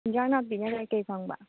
ꯍꯦꯟꯖꯥꯡ ꯅꯥꯄꯤꯅ ꯀꯩꯀꯩ ꯐꯪꯕ